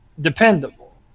dependable